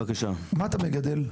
מה אתה מגדל?